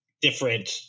different